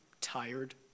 tired